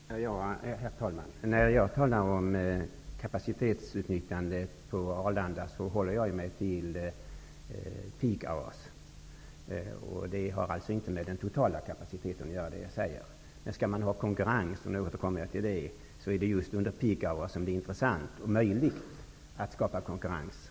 Herr talman! När jag talar om kapacitetsutnyttjande på Arlanda håller jag mig till s.k. peak hours. Det jag säger har inte med den totala kapaciteten att göra. I fråga om konkurrens är det de s.k. peak hours som är intressanta och då är det möjligt att skapa konkurrens.